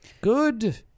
Good